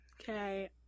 okay